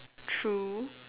true